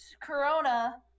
Corona